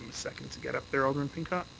second to get up there, alderman pincott.